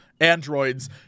androids